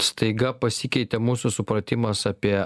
staiga pasikeitė mūsų supratimas apie